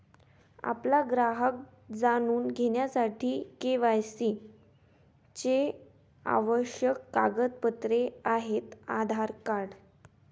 आपला ग्राहक जाणून घेण्यासाठी के.वाय.सी चे आवश्यक कागदपत्रे आहेत आधार कार्ड